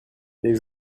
les